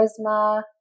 Charisma